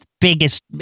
biggest